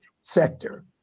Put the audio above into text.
sector